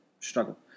struggle